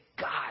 God